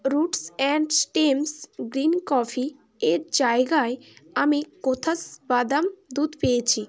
roots and stems green coffee এর জায়গায় আমি কোথাস বাদাম দুধ পেয়েছি